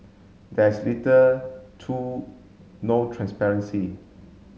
there is little to no transparency